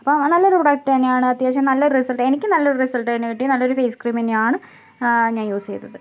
അപ്പ നല്ലൊരു പ്രോഡക്റ്റ് തന്നെയാണ് അത്യാവശ്യം നല്ല റിസൾട്ട് എനിക്ക് നല്ലൊരു റിസൾട്ട് തന്നെ കിട്ടി നല്ലൊരു ഫേസ് ക്രീം തന്നെയാണ് ആ ഞാൻ യൂസ് ചെയ്തത്